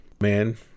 man